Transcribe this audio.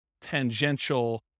tangential